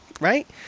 right